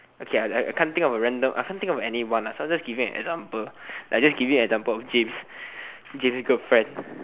okay I can't think of a random I can't think of anyone so I just giving an example giving an example of James James girlfriend